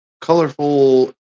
colorful